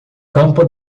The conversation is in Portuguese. campo